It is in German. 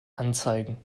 anzeigen